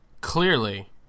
Clearly